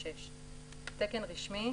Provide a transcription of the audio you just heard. התשס"ו-2006; "תקן רשמי"